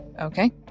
Okay